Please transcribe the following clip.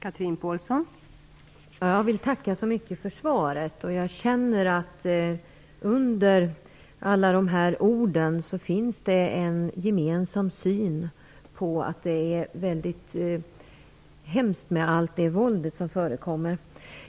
Fru talman! Jag vill tacka så mycket för svaret. Jag känner att det under alla dessa ord finns en syn som vi har gemensamt på att det är väldigt hemskt med allt det våld som förekommer.